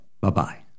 Bye-bye